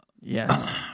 Yes